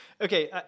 Okay